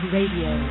Radio